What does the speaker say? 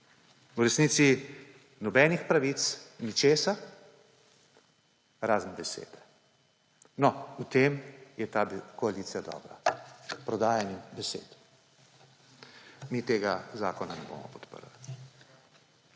V resnici nobenih pravic, ničesar, razen besed. No, v tem je ta koalicija dobra – v prodajanju besed. Mi tega zakona ne bomo podprli.